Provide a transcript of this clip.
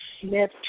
Smith